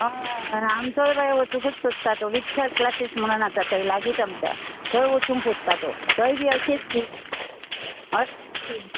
हय आनी आमचोय बाये वचुकूच सोदता तो विठ्ठल क्लासीस म्हणून आसा थंय लागींच आमच्या थंय वचूंक सोदता तो थंय बी अशीच स्कीम अशीच स्कीम